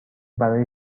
برای